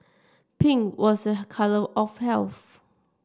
pink was a colour of health